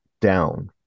down